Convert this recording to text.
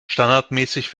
standardmäßig